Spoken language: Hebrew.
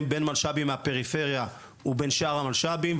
בין מלש"בים מהפריפריה ובין שאר המלש"בים,